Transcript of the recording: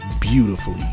beautifully